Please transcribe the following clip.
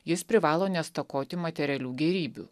jis privalo nestokoti materialių gėrybių